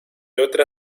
otra